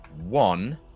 one